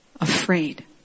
afraid